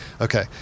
Okay